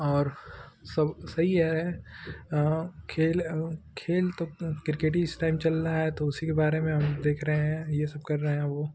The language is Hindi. और सब सही है खेल खेल तो अपना क्रिकेट ई इस टाइम चल रहा है तो उसी के बारे में हम देख रहे हैं ये सब कर रहे हैं वो